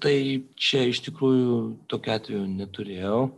tai čia iš tikrųjų tokio atvejo neturėjau